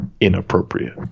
inappropriate